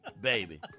baby